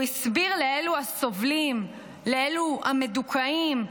הוא הסביר לאלו הסובלים, לאלו המדוכאים,